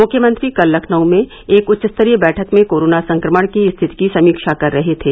मुख्यमंत्री कल लखनऊ में एक उच्चस्तरीय बैठक में कोरोना संक्रमण की स्थिति की समीक्षा कर रहे थे